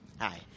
Hi